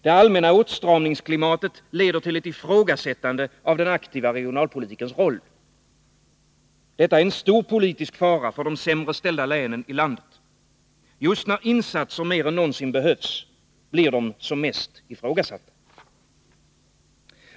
Det allmänna åtstramningsklimatet leder till ett ifrågasättande av den aktiva regionalpolitikens roll. Detta är en stor politisk fara för de sämre ställda länen inom landet. Just när insatser mer än någonsin behövs, blir de som mest ifrågasatta.